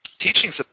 teachings